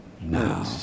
now